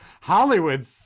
Hollywood